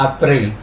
April